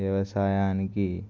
వ్యవసాయానికి